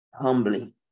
Humbly